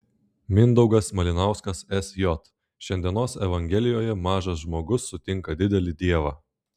mindaugas malinauskas sj šiandienos evangelijoje mažas žmogus sutinka didelį dievą